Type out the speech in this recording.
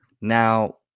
now